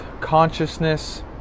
consciousness